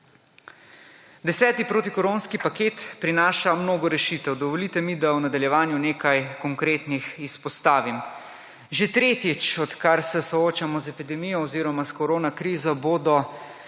10. protikoronski paket prinaša mnogo rešitev. Dovolite mi, da v nadaljevanju nekaj konkretnih izpostavim. Že tretjič, odkar se soočamo z epidemijo oziroma s korona krizo,